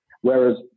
Whereas